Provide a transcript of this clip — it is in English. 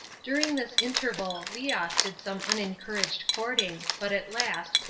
during this interval leos did some unencouraged courting, but at last,